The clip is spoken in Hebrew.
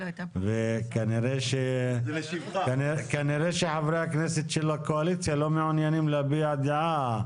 וכנראה שחברי הכנסת של הקואליציה לא מעוניינים להביע דעה.